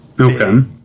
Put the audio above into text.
Okay